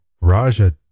Raja